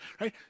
Right